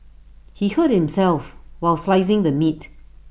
he hurt himself while slicing the meat